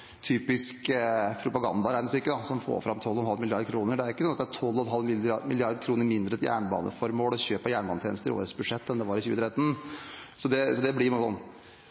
er et typisk propagandaregnestykke som får fram 12,5 mrd. kr. Det er ikke sånn at det er 12,5 mrd. kr mindre til jernbaneformål og kjøp av jernbanetjenester i årets budsjett enn det var i 2013. Det blir bare en